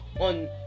on